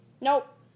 Nope